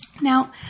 Now